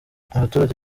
abaturage